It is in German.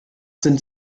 sind